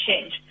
change